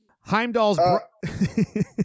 Heimdall's